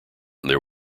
this